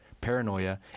paranoia